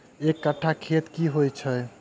एक कट्ठा खेत की होइ छै?